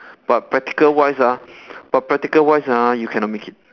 but practical wise ah but practical wise ah you cannot make it